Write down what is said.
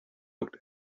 looked